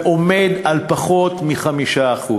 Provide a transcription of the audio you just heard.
ועומד על פחות מ-5%.